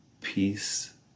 peace